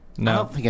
No